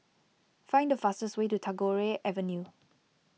find the fastest way to Tagore Avenue